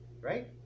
right